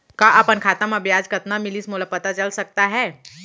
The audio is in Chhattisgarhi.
का अपन खाता म ब्याज कतना मिलिस मोला पता चल सकता है?